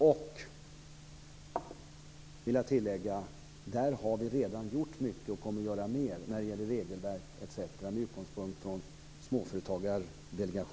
Jag vill tillägga att vi redan har gjort mycket och kommer att göra mera när det gäller regelverk etc.